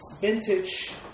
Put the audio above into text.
vintage